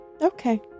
Okay